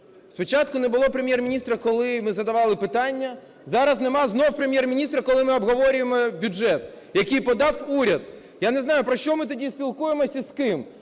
Спочатку не було Прем'єр-міністра, коли ми задавали питання, зараз нема знову Прем'єр-міністра, коли ми обговорюємо бюджет, який подав уряд. Я не знаю, про що ми тоді спілкуємо і з ким?